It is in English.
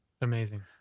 Amazing